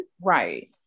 Right